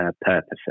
purposes